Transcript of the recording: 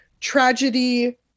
tragedy